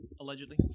allegedly